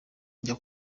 njya